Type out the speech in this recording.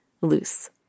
loose